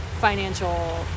financial